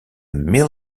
mill